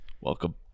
Welcome